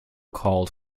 called